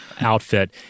outfit